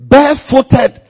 Barefooted